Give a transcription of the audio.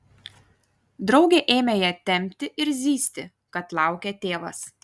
draugė ėmė ją tempti ir zyzti kad laukia tėvas